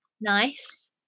Nice